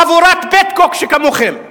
חבורת "פטקוק" שכמוכם.